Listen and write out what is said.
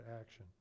action